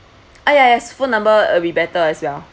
ah yes phone number will be better as well